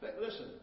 Listen